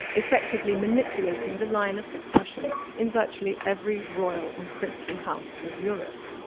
effectively manipulating the line of succession in virtually every royal and princely house of europe.